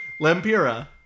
Lempira